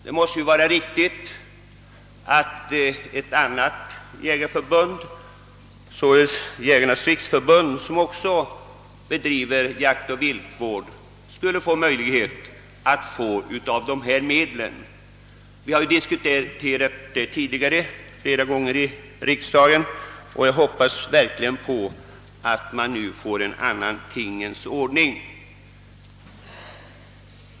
Det måste vara riktigt att även andra jägarförbund, t.ex. Jägarnas riksförbund, som också bedriver jaktoch viltvård, skall kunna få del av dessa medel. Vi har ju diskuterat detta tidigare flera gånger i riksdagen, och jag hoppas verkligen, att man nu får till stånd en annan tingens ordning.